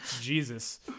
Jesus